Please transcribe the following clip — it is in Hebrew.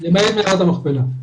למעט מערת המכפלה.